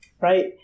right